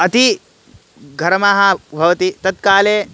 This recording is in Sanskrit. अति घर्मः भवति तत्काले